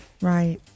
right